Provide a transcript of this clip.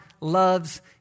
loves